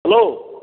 hello